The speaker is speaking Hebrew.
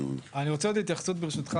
אני רוצה עוד התייחסות ברשותך,